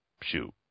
shoot